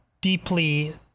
deeply